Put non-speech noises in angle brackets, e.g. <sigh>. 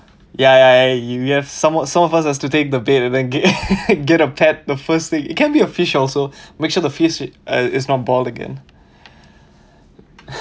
ya ya you have some of some of us has to take the bait and then get <laughs> get a pet the first thing it can be a fish also make sure the fish uh is not boiled again